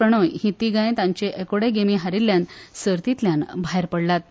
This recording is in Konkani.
प्रणोय हि तीगाय तांचे एकोड्यो गेमी हरिल्ल्यान सर्तींतल्यान भायर पडल्यात